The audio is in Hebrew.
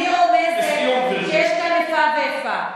אני רומזת שיש כאן איפה ואיפה.